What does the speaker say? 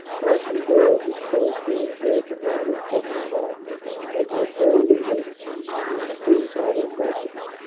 passchendaele destroyed any chance it had of taking part under its old leader in these new battle tactics.